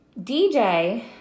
DJ